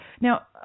Now